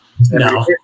No